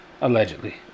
Allegedly